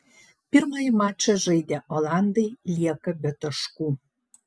pirmąjį mačą žaidę olandai lieka be taškų